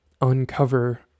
uncover